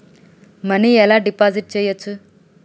Money ఎలా deposit చేయచ్చు?